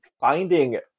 finding